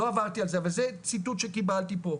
לא עברתי על זה וזה ציטוט שקיבלתי פה,